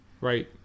Right